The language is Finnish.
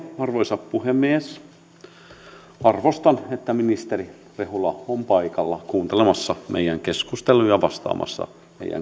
arvoisa puhemies arvostan että ministeri rehula on paikalla kuuntelemassa meidän keskusteluamme ja vastaamassa